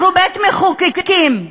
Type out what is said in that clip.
אנחנו בית-מחוקקים,